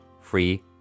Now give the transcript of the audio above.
free